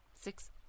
six